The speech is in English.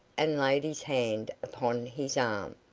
and laid his hand upon his arm.